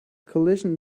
collision